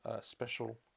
special